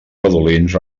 redolins